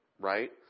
Right